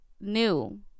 new